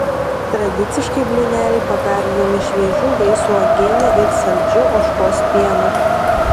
tradiciškai blyneliai pagardinami šviežių vaisių uogiene ir saldžiu ožkos pienu